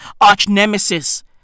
arch-nemesis